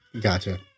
Gotcha